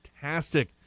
fantastic